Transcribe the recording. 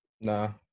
No